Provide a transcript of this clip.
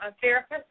therapist